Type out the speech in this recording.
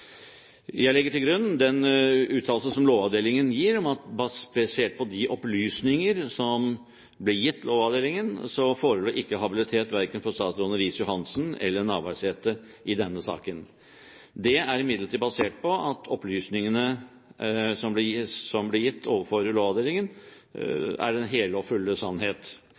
Jeg legger til grunn uttalelsen som Lovavdelingen gir, at basert på de opplysninger som ble gitt Lovavdelingen, forelå ikke habilitet verken for statsråd Riis-Johansen eller for statsråd Navarsete i denne saken. Det er imidlertid basert på at opplysningene som ble gitt overfor Lovavdelingen, er den hele og fulle sannhet.